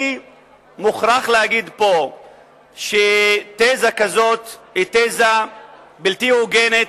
אני מוכרח לומר פה שתזה כזאת היא בלתי הוגנת,